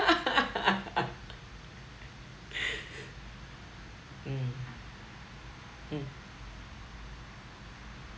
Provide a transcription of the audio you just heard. mm mm